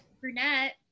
Brunette